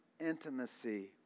intimacy